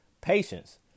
patience